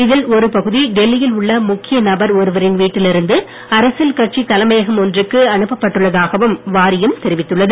இதில் ஒரு பகுதி டெல்லியில் உள்ள முக்கிய நபர் ஒருவரின் வீட்டில் இருந்து அரசியல் கட்சி தலைமையகம் ஒன்றுக்கு அனுப்பப் பட்டுள்ளதாகவும் வாரியம் தெரிவித்துள்ளது